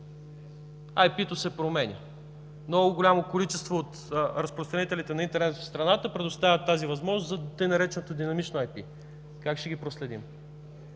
IP-то се променя. Много голямо количество от разпространителите на интернет в страната предоставят тази възможност, за така нареченото „динамично IP”. Как ще ги проследим?